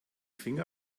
finger